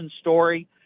story